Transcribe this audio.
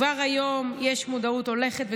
כבר היום יש מודעות הולכת וגדלה,